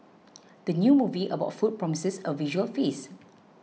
the new movie about food promises a visual feast